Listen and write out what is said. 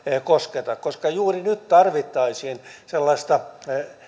kosketa juuri nyt tarvittaisiin sellaista